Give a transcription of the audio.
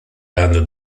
under